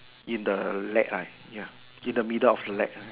in the lake in the middle of lake